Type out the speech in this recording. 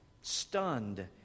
stunned